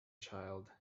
child